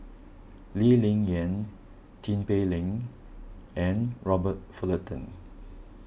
Lee Ling Yen Tin Pei Ling and Robert Fullerton